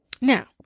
Now